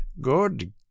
Good